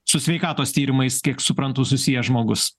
su sveikatos tyrimais kiek suprantu susijęs žmogus